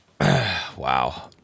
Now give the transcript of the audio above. Wow